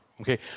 okay